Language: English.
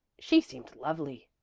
she seemed lovely.